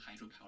hydropower